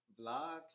vlogs